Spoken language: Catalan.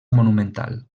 monumental